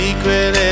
Secret